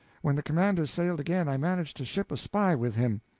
when the commander sailed again i managed to ship a spy with him.